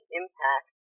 impact